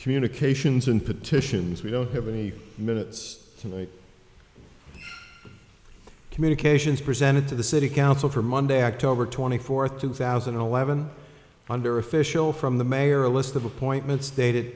communications and petitions we don't have any minutes to communications presented to the city council for monday october twenty fourth two thousand and eleven under official from the mayor a list of appointments dated